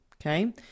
okay